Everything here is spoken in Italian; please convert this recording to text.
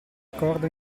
corda